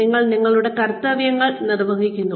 നിങ്ങൾ നിങ്ങളുടെ കർത്തവ്യങ്ങൾ നിർവഹിക്കുന്നു